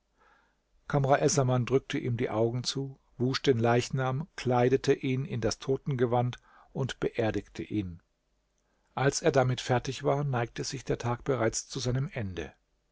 essaman drückte ihm die augen zu wusch den leichnam kleidete ihn in das totengewand und beerdigte ihn als er damit fertig war neigte sich der tag bereits zu seinem ende